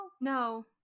No